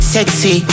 Sexy